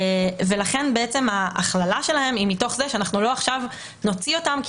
ולכן ההכללה שלהם היא מתוך זה שאנחנו לא עכשיו נוציא אותם,